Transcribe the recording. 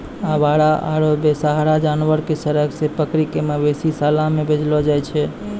आवारा आरो बेसहारा जानवर कॅ सड़क सॅ पकड़ी कॅ मवेशी शाला मॅ भेजलो जाय छै